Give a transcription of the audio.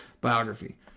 biography